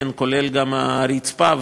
כולל הרצפה,